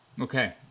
Okay